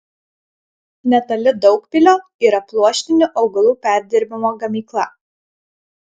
netoli daugpilio yra pluoštinių augalų perdirbimo gamykla